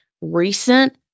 recent